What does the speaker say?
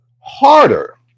harder